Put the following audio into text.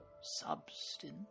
substance